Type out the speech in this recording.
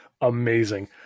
amazing